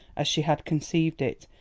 as she had conceived it,